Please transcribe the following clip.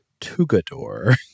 Tugador